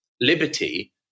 liberty